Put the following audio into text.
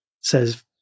says